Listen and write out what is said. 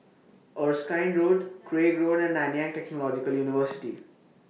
Erskine Road Craig Road and Nanyang Technological University